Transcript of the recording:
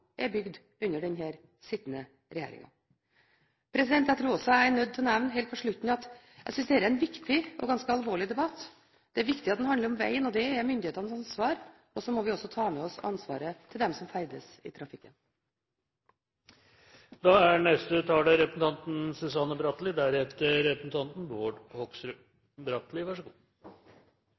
er bygd under den sittende regjeringen. Jeg tror også jeg helt på slutten er nødt til å nevne at jeg synes dette er en viktig og alvorlig debatt. Det er viktig at den handler om vegen, det er myndighetenes ansvar, og så må vi også ta med oss ansvaret til dem som ferdes i trafikken.